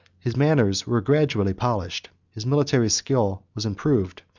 his manners were gradually polished, his military skill was improved,